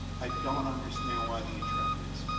i don't understand why the intrepid is